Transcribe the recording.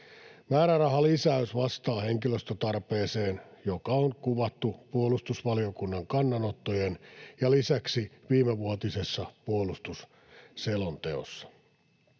Määrärahalisäys vastaa henkilöstötarpeeseen, joka on kuvattu puolustusvaliokunnan kannanotoissa ja lisäksi viimevuotisessa puolustusselonteossa.